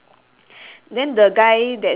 the guy looks like he only has one hand